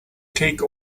take